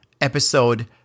episode